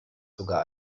sogar